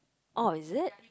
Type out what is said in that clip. oh is it